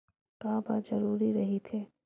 का बार जरूरी रहि थे?